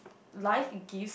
life gives